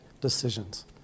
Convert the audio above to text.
decisions